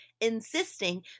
insisting